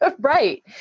Right